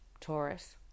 Taurus